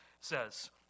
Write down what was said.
says